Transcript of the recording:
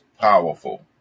powerful